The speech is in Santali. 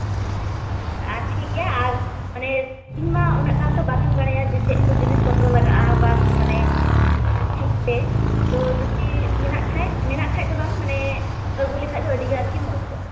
ᱚ ᱟᱪᱷᱟ ᱟᱨ ᱴᱷᱤᱠ ᱜᱮᱭᱟ ᱟᱨ ᱢᱟᱱᱮ ᱤᱧ ᱢᱟ ᱩᱱᱟᱹᱜ ᱜᱟᱱ ᱛᱚ ᱵᱟᱝ ᱤᱧ ᱵᱟᱲᱟᱭᱟ ᱡᱮ ᱪᱮᱫ ᱠᱚ ᱡᱤᱱᱤᱥ ᱯᱚᱛᱨᱚ ᱞᱟᱜᱟᱜᱼᱟ ᱵᱟᱝ ᱢᱟᱱᱮ ᱴᱷᱤᱠ ᱛᱮ ᱛᱚ ᱡᱩᱫᱤ ᱢᱮᱱᱟᱜ ᱠᱷᱟᱱ ᱢᱮᱱᱟᱜ ᱠᱷᱟᱱ ᱫᱚ ᱵᱟᱝ ᱢᱟᱱᱮ ᱟᱹᱜᱩ ᱞᱮᱠᱷᱟᱱ ᱫᱚ ᱟᱹᱰᱤ ᱜᱮ ᱟᱨᱠᱤ ᱢᱚᱡᱽ ᱠᱚᱜᱼᱟ